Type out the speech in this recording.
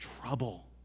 trouble